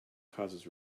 causes